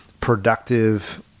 productive